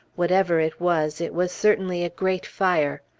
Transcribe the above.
whatever it was, it was certainly a great fire.